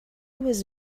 was